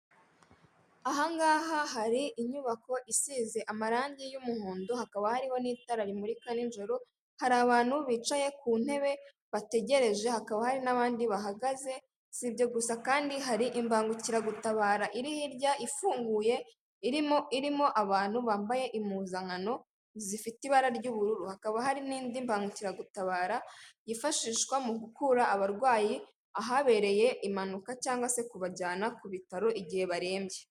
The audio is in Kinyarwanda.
Ahangaha hari inyubako isize amarangi y'umuhondo, hakaba hariho n'itara rimurika nijoro, hari abantu bicaye ku intebe bategereje, hakaba hari n'abandi bahagaze, si ibyo gusa kandi, hari imbangukiragutabara iri hirya ifunguye, irimo irimo abantu bambaye impuzangano zifite ibara ry'ubururu, hakaba hari n'indi mbangukiragutabara yifashishwa mu gukura abarwayi ahabereye impanuka cyangwa se kubajyana ku ibitaro igihe barembye.